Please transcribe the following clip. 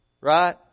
right